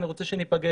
אני רוצה שניפגש.